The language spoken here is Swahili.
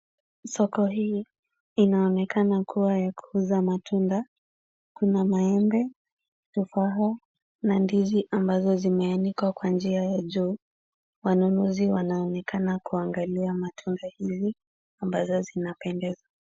Soko hii inaonekana kuwa ya kuuza matunda. Kuna maembe, tofaha na ndizi ambazo zimeanikwa kwa njia ya juu. Wanunuzi wanaonekana kuangalia matunda hizi ambazo zinapendeza.